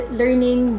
learning